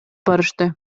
барышты